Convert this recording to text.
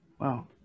Wow